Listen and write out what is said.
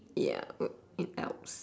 ya uh in alps